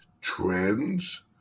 trends